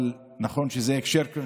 אבל נכון שזה הקשר,